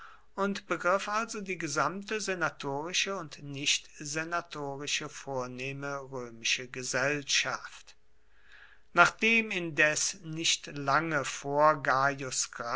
und begriff also die gesamte senatorische und nichtsenatorische vornehme römische gesellschaft nachdem indes nicht lange vor